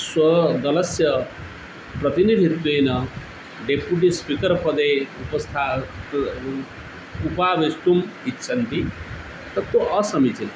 स्वदलस्य प्रतिनिधित्वेन deputy speaker पदे उपस्थापितं किम् उपवेष्टुम् इच्छन्ति तत्तु असमीचीनं